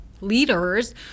leaders